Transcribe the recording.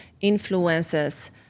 influences